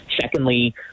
secondly